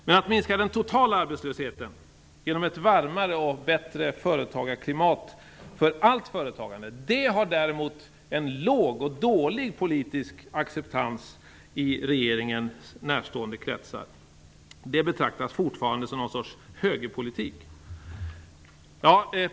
Men att minska den totala arbetslösheten genom ett varmare och bättre klimat för allt företagande har däremot en låg acceptans i regeringen närstående kretsar. Det betraktas fortfarande som något slags högerpolitik.